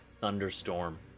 thunderstorm